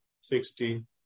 sixty